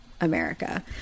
America